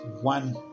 one